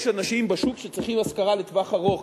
יש אנשים בשוק שצריכים השכרה לטווח ארוך,